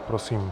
Prosím.